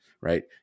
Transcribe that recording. right